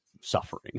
suffering